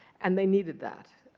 and they needed that,